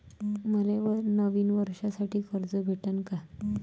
मले नवीन वर्षासाठी कर्ज भेटन का?